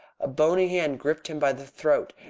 a bony hand gripped him by the throat,